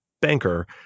banker